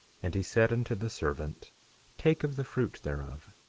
and he said unto the servant take of the fruit thereof,